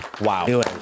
Wow